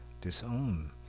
disown